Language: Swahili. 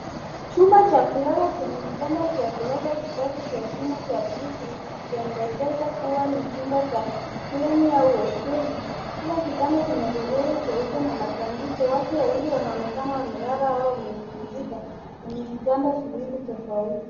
Chumba cha kulala chenye vitanda vya ghorofa vitatu vya chuma cha bluu ikipendekeza kuwa ni chumba cha pweni au hosteli, kila kitanda kina godoro jeupe na matandiko, watu wawili wanaonekana kuwa amelala au wamepumzika kwenye vitanda viwili tafauti.